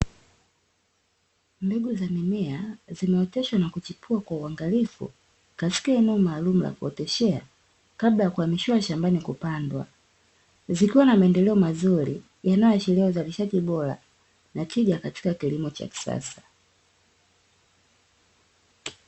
Mbegu za mimea zinaoteshwa na kuchipua kwa uangalifu katika eneo maalumu la kuoteshea, kabla ya kuamishiwa shambani kupandwa, zikiwa na maendeleo mazuri yanayoashiria uzalishaji bora na tija katika kilimo cha kisasa.